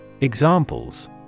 Examples